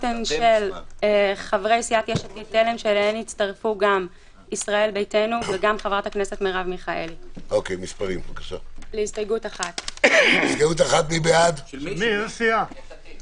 הסתייגות מס' 23. מי בעד ההסתייגות?